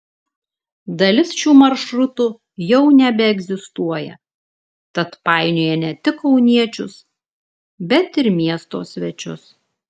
dalis šių maršrutų jau nebeegzistuoja tad painioja ne tik kauniečius bet ir miesto svečius